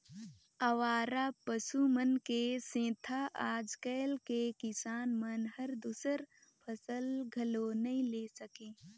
अवारा पसु मन के सेंथा आज कायल के किसान मन हर दूसर फसल घलो नई ले सके